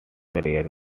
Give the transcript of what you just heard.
player